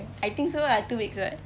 I think so ah two weeks [what]